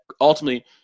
ultimately